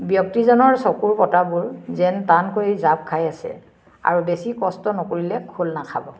ব্যক্তিজনৰ চকুৰ পতাবোৰ যেন টানকৈ জাপ খাই আছে আৰু বেছি কষ্ট নকৰিলে খোল নাখাব